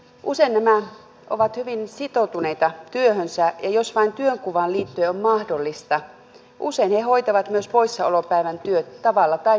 usein nämä ovat hyvin sitoutuneita työhönsä ja jos vain työnkuvaan liittyen on mahdollista usein he hoitavat myös poissaolopäivän työt tavalla tai toisella itse